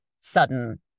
sudden